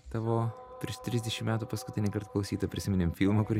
tavo prieš trisdešim metų paskutinįkart klausyti prisiminėm filmą kur